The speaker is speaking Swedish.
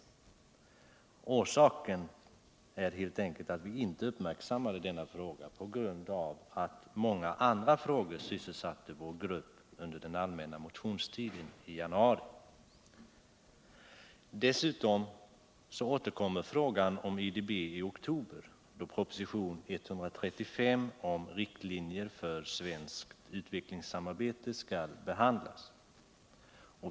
amerikanska utvecklingsbanken amerikanska utvecklingsbanken Orsaken är helt enkelt att vi inte uppmärksammade denna fråga på grund av att många andra frågor sysselsatte vår grupp under den allmänna motionstiden i januari. Dessutom återkommer frågan om IDB i oktober, då proposition 135 om riktlinjer för svenskt utvecklingssamarbete skall behandlas.